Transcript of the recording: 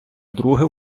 друге